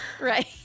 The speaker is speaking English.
Right